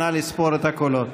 נא לספור את הקולות.